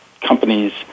companies